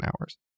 hours